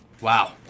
Wow